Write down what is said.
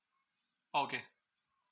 oh okay